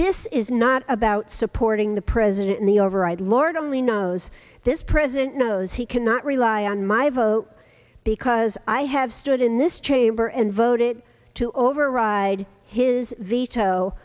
this is not about supporting the president in the overall lord only knows this president knows he cannot rely on my vote because i have stood in this chamber and voted to override his veto